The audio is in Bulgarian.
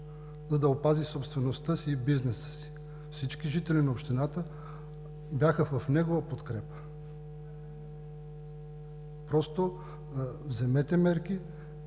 за да опази собствеността и бизнеса си. Всички жители на общината бяха в негова подкрепа. Вземете мерки